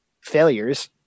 failures